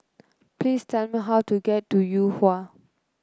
please tell me how to get to Yuhua